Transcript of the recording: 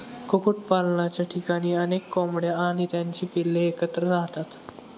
कुक्कुटपालनाच्या ठिकाणी अनेक कोंबड्या आणि त्यांची पिल्ले एकत्र राहतात